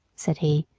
said he,